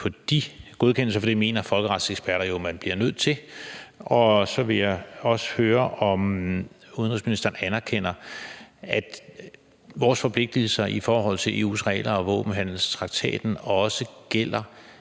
på de godkendelser, for det mener folkeretseksperter jo man bliver nødt til. Så vil jeg også høre, om udenrigsministeren anerkender, at vores forpligtigelser i forhold til EU's regler og våbenhandelstraktaten også gælder